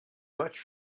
much